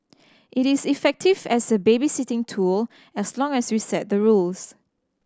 it is effective as a babysitting tool as long as we set the rules